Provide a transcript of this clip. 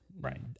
right